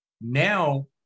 now